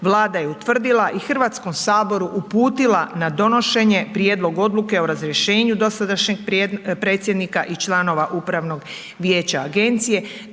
vlada je utvrdila i Hrvatskom saboru uputila na donošenje prijedlog odluke o razrješenju dosadašnjeg predsjednika i članova upravnog vijeća agencije,